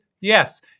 yes